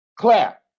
Clap